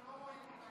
אנחנו לא רואים אותם,